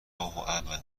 ابدا